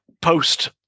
post